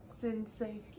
Sensei